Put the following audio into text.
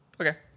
Okay